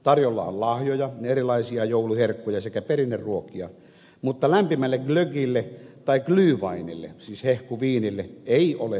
tarjolla on lahjoja erilaisia jouluherkkuja sekä perinneruokia mutta lämpimälle glögille tai gluhweinille siis hehkuviinille ei ole anniskeluoikeutta